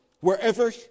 Wherever